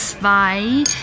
zwei